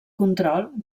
control